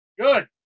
Good